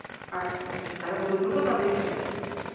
ᱟᱪᱪᱷᱟ ᱟᱪᱪᱷᱟ ᱛᱟᱦᱚᱞᱮ ᱵᱩᱨᱩᱼᱵᱩᱨᱩ ᱠᱚ ᱛᱚᱞ ᱢᱤᱫ ᱟᱠᱟᱜᱼᱟ